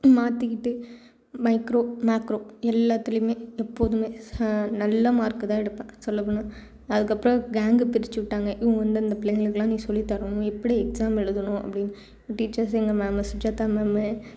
மாற்றிக்கிட்டு micro macro எல்லாத்துலேயுமே எப்போதும் நல்ல மார்க்கு தான் எடுப்பேன் சொல்லப் போனால் அதுக்கப்புறம் கேங்கு பிரித்து விட்டாங்க இங்கே வந்து அந்த புள்ளைங்களுக்கெல்லாம் நீ சொல்லித் தரணும் எப்படி எக்ஸாம் எழுதணும் அப்படின்னு டீச்சர்ஸுங்க மேமு சுஜாதா மேமு